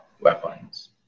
weapons